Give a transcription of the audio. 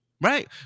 Right